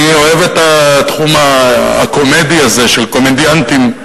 אני אוהב את התחום הקומדי הזה, של קומדיאנטים,